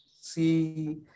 see